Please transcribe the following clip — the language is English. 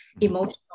emotional